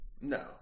No